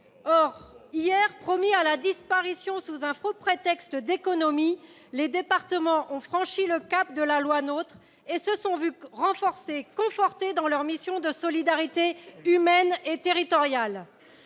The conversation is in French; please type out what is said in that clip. Hier promis à la disparition sous un faux prétexte d'économie, les départements ont franchi le cap de la loi NOTRe et se sont vus conforter dans leurs missions de solidarités humaines et territoriales.